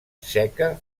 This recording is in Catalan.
seca